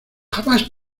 jamás